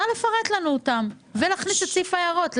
נא לפרט לנו אותם ולהכניס את סעיף ההערות.